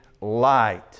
light